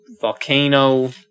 volcano